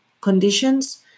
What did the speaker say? conditions